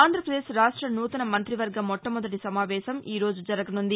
ఆంధ్రప్రదేశ్ రాష్ట నూతన మంతివర్గ మొట్టమొదటి సమావేశం ఈ రోజు జరుగనుంది